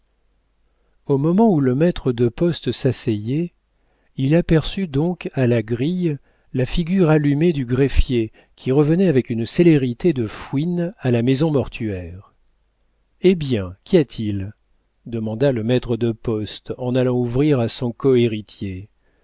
au moment où le maître de poste s'asseyait il aperçut donc à la grille la figure allumée du greffier qui revenait avec une célérité de fouine à la maison mortuaire hé bien qu'y a-t-il demanda le maître de poste en allant ouvrir à son cohéritier